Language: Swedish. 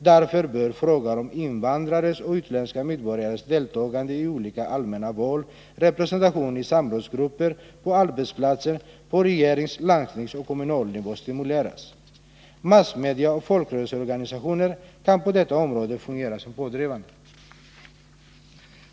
Därför bör frågan om invandrares och utländska medborgares deltagande i olika allmänna val samt om representation i samrådsgrupper på arbetsplatser och på regerings-, verks-, landstingsoch kommunnivå stimuleras. Massmedia och folkrörelseorganisationerna kan på detta område fungera såsom pådrivande.